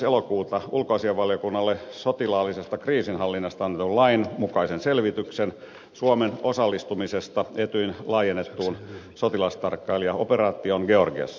elokuuta ulkoasiainvaliokunnalle sotilaallisesta kriisinhallinnasta annetun lain mukaisen selvityksen suomen osallistumisesta etyjin laajennettuun sotilastarkkailijaoperaatioon georgiassa